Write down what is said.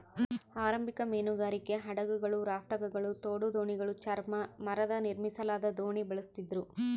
ಆರಂಭಿಕ ಮೀನುಗಾರಿಕೆ ಹಡಗುಗಳು ರಾಫ್ಟ್ಗಳು ತೋಡು ದೋಣಿಗಳು ಚರ್ಮ ಮರದ ನಿರ್ಮಿಸಲಾದ ದೋಣಿ ಬಳಸ್ತಿದ್ರು